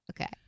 Okay